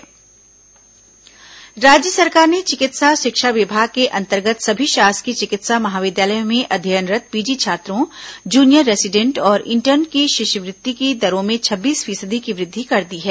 junior doctor शिष्यवृत्ति राज्य सरकार ने चिकित्सा शिक्षा विभाग के अंतर्गत सभी शासकीय चिकित्सा महाविद्यालयों में अध्ययनरत् पीजी छात्रों जूनियर रेसीडेंट और इन्टर्न की शिष्यवृत्ति की दरों में छब्बीस फीसदी की वृद्धि कर दी है